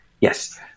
yes